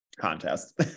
contest